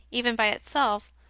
even, by itself,